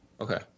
Okay